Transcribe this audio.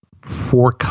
four